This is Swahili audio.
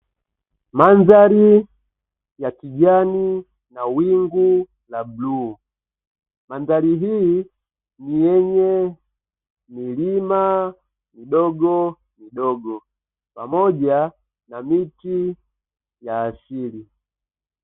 Mandhari ya kijani na wingu la bluu, mandhari hii ni yenye milima midogo midogo pamoja na miti ya asili.